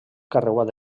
carreuat